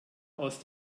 aus